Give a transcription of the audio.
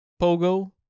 Pogo